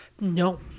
No